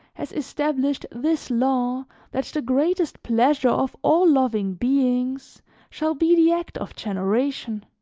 has established this law that the greatest pleasure of all loving beings shall be the act of generation.